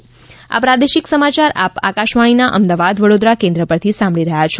corona સંદેશ આ પ્રાદેશિક સમાચાર આપ આકાશવાણીના અમદાવાદ વડોદરા કેન્દ્ર પરથી સાંભળી રહ્યા છે